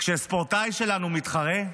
כשספורטאי שלנו מתחרה,